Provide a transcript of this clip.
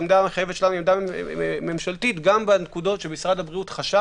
העמדה המחייבת שלנו היא עמדה ממשלתית גם בנקודות שמשרד הבריאות חשב